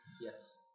Yes